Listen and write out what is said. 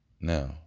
now